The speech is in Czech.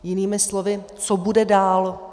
Jinými slovy, co bude dál.